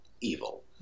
evil